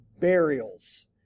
burials